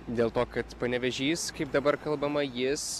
dėl to kad panevėžys kaip dabar kalbama jis